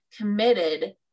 committed